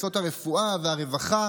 מקצועות הרפואה והרווחה